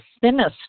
thinnest